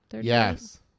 Yes